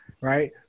right